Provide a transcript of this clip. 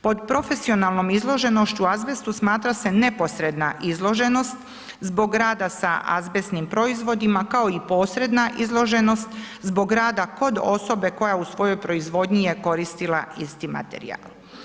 Pod profesionalnom izloženošću azbestu smatra se neposredna izloženost zbog rada sa azbestnim proizvodima kao i posredna izloženost zbog rada kod osobe koja u svojoj proizvodnji je koristila isti materijal.